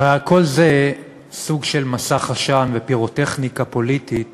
הרי הכול זה סוג של מסך עשן ופירוטכניקה פוליטית